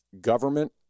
Government